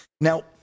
Now